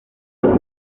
w’u